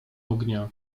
ognia